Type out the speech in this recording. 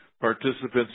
participants